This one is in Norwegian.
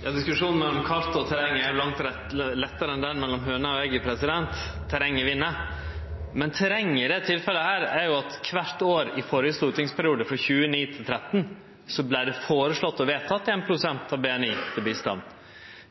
Diskusjonen om kartet og terrenget er langt lettare enn diskusjonen om høna og egget – terrenget vinn. Men terrenget i dette tilfellet er jo at det kvart år i den førre stortingsperioden, frå 2009 til 2013, vart føreslått og vedteke 1 pst. av BNI til bistand.